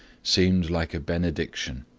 seemed like a benediction.